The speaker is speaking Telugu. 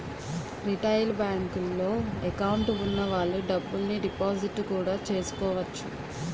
రిటైలు బేంకుల్లో ఎకౌంటు వున్న వాళ్ళు డబ్బుల్ని డిపాజిట్టు కూడా చేసుకోవచ్చు